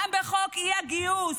גם בחוק האי-גיוס.